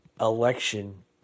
election